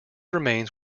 remains